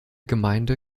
gemeinde